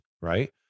right